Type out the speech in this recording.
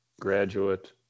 graduate